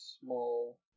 small